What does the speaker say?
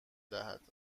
دهد